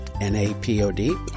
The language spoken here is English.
N-A-P-O-D